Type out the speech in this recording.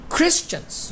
Christians